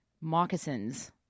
moccasins